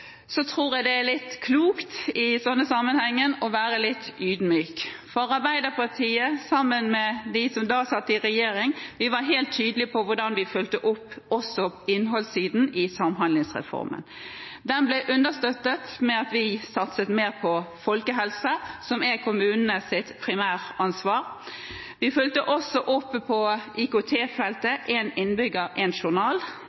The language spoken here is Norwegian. tror jeg det er klokt i denne sammenhengen å være litt ydmyk. Arbeiderpartiet, sammen med dem som da satt i regjering, var helt tydelig på hvordan vi fulgte opp også innholdssiden i samhandlingsreformen. Den ble understøttet ved at vi satset mer på folkehelse, som er kommunenes primæransvar. Vi fulgte også opp på